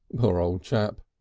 poor old chap,